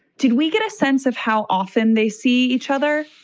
did we get a sense of how often they see each other?